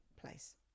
place